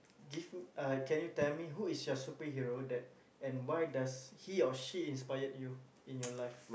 give uh can you tell me who is your superhero that and why does he or she inspired you in your life